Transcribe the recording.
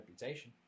reputation